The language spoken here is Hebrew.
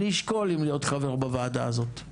אשקול אם להיות חבר בוועדה הזאת.